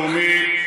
הלאומי,